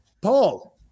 Paul